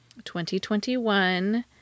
2021